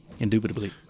Indubitably